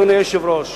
אדוני היושב-ראש,